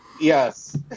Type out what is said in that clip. Yes